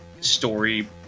story